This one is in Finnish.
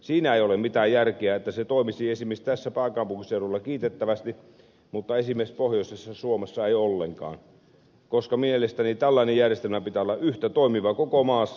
siinä ei ole mitään järkeä että se toimisi esimerkiksi täällä pääkaupunkiseudulla kiitettävästi mutta esimerkiksi pohjoisessa suomessa ei ollenkaan koska mielestäni tällaisen järjestelmän pitää olla yhtä toimiva koko maassa